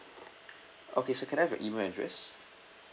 okay sir can I have your email address